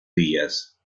días